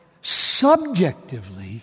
subjectively